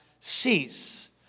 cease